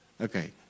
Okay